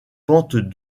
pentes